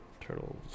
Turtles